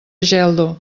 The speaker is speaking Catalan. geldo